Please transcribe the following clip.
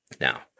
Now